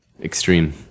extreme